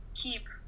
Keep